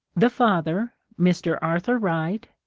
the father, mr. arthur wright,